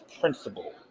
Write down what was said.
principle